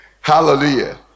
Hallelujah